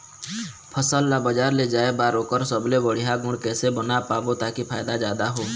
फसल ला बजार ले जाए बार ओकर सबले बढ़िया गुण कैसे बना पाबो ताकि फायदा जादा हो?